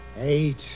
eight